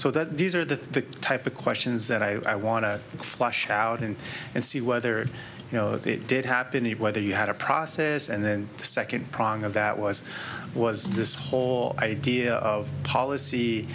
so that these are the type of questions that i want to flush out in and see whether you know it did happen and whether you had a process and then the second prong of that was was this whole idea of policy